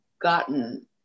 gotten